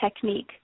technique